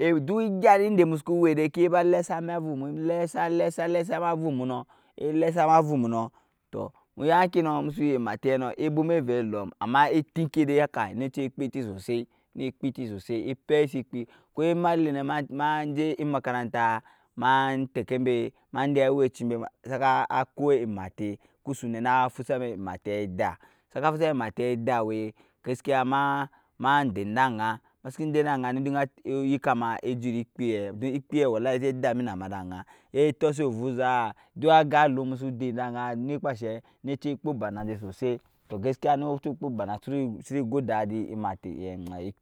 o duk egya ende mu suku we de ki eba lesa na avu mu elee sa ele sa ele sa na avu mu nɔ ele sa na avu mu mɔ tɔ mu yaa ŋke nɔ emu su yu emate nɔ ebwoma ovɛ kulɔm amma eti ŋke de a kai neke eci kpii eti sosai ne kpi eti sosai epeisi ekpi ko ema el ne ma nje emakaranta ma nje emakaranta ema teke mbe ma dee awe ci mbɔɔ saka ko emate kusu ne na fusa ma emateɛ eda saka fusa ma emate we gaskiya ma den ede aŋa ma sikin den ede aya nu oyika ma ma ejut ekpiɛ domn ekpiɛ don ekpiɛ walai e je dami na ma ede aya e tɔsi ovuzaa duk aga alum musu den ede aŋa ne ekpa enshee ne eci kpuu bar na enje sosai tɔ gaskiya nu eci kpun o bar su nu ego dadi